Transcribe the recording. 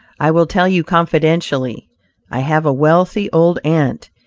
i will tell you confidentially i have a wealthy old aunt,